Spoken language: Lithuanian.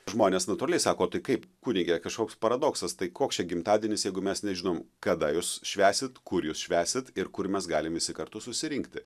žmonės nu toli sako tai kaip kunige kažkoks paradoksas tai koks čia gimtadienis jeigu mes nežinom kada jūs švęsit kur jūs švęsit ir kur mes galim visi kartu susirinkti